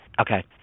Okay